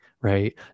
right